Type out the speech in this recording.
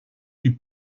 die